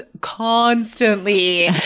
constantly